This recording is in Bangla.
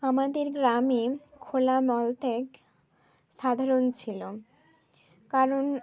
আমাদের গ্রামে খোলা মলত্যাগ সাধারণ ছিলো কারণ